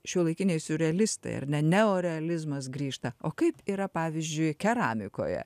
šiuolaikiniai siurrealistai ar ne neorealizmas grįžta o kaip yra pavyzdžiui keramikoje